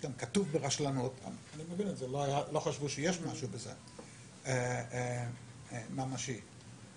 שגם כתוב ברשלנות ואני מבין את זה כי לא חשבו שיש משהו ממשי בזה